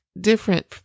different